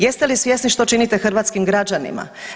Jeste li svjesni što činite hrvatskim građanima?